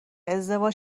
ازدواج